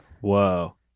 Whoa